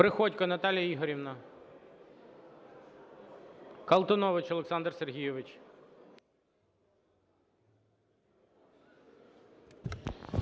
Приходько Наталія Ігорівна. Колтунович Олександр Сергійович.